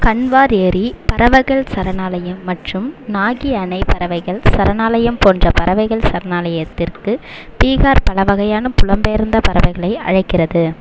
கன்வார் ஏரி பறவைகள் சரணாலயம் மற்றும் நாகி அணை பறவைகள் சரணாலயம் போன்ற பறவைகள் சரணாலயத்திற்கு பீகார் பல வகையான புலம்பெயர்ந்த பறவைகளை அழைக்கிறது